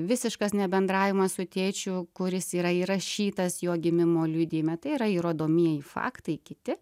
visiškas nebendravimas su tėčiu kuris yra įrašytas jo gimimo liudijime tai yra įrodomieji faktai kiti